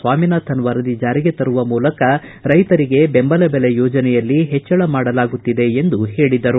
ಸ್ವಾಮಿನಾಥನ್ ವರದಿ ಜಾರಿಗೆ ತರುವ ಮೂಲಕ ರೈತರಿಗೆ ಬೆಂಬಲ ಬೆಲೆ ಯೋಜನೆಯಲ್ಲಿ ಹೆಚ್ಚಳ ಮಾಡಲಾಗುತ್ತಿದೆ ಎಂದು ಪೇಳಿದರು